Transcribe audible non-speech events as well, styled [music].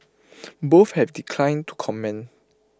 [noise] both have declined to comment